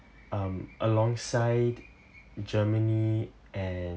um alongside germany and